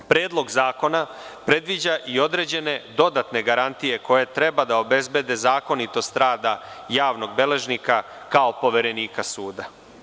Predlog zakona predviđa i određene dodatne garantije koje treba da obezbede zakonitost rada javnog beležnika kao poverenika suda.